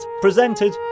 presented